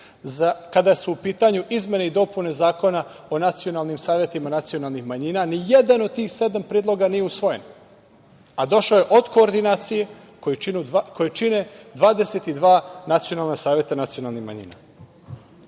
kada su u pitanju izmene i dopune Zakona o Nacionalnim savetima nacionalnih manjina. Ni jedan od tih sedam predloga nije usvojen, a došao je od koordinacije koju čine 22 nacionalna saveta nacionalnih manjina. Na